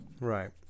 right